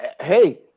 hey